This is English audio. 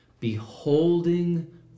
beholding